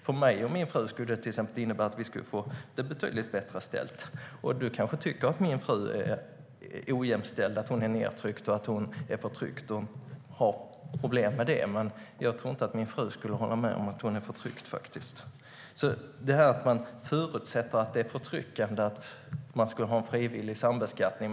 För mig och min fru skulle det till exempel innebära att vi skulle få det betydligt bättre ställt. Du kanske tycker att min fru är ojämställd, att hon är nedtryckt, att hon är förtryckt och har problem med det. Men jag tror inte att min fru skulle hålla med om att hon är förtryckt. Man förutsätter att det är förtryckande att ha en frivillig sambeskattning.